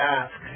ask